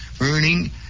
earning